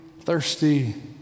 thirsty